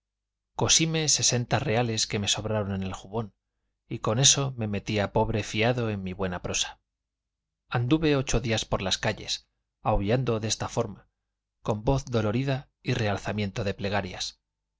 cosíme sesenta reales que me sobraron en el jubón y con eso me metí a pobre fiado en mi buena prosa anduve ocho días por las calles aullando en esta forma con voz dolorida y realzamiento de plegarias